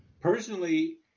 Personally